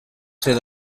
ser